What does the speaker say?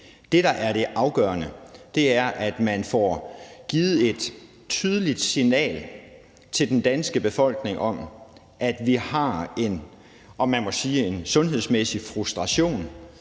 Det, der er det afgørende, er, at man får givet et tydeligt signal til den danske befolkning om, at vi har en, om man så må sige, sundhedsmæssig frustration,